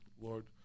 lord